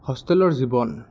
হোষ্টেলৰ জীৱন